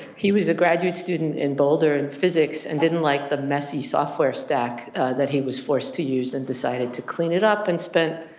he was a graduate student in boulder in physics and didn't like the messy software stack that he was forced to use and decided to clean it up and spent,